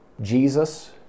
Jesus